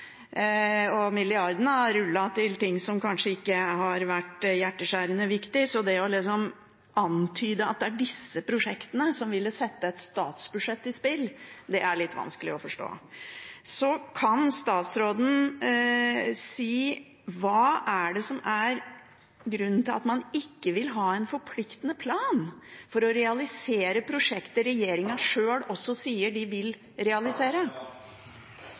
og milliardene har rullet til ting som kanskje ikke har vært hjerteskjærende viktige, så det å antyde at det er disse prosjektene som vil sette et statsbudsjett på spill, er litt vanskelig å forstå. Så kan statsråden si hva som er grunnen til at man ikke vil ha en forpliktende plan for å realisere prosjekter som regjeringen sjøl også sier den vil realisere?